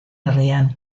herrian